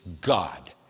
God